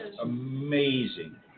amazing